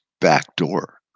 backdoor